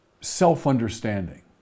self-understanding